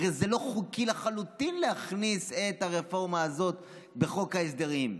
הרי זה לא חוקי לחלוטין להכניס את הרפורמה הזאת בחוק ההסדרים.